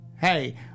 hey